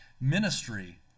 ministry